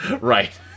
Right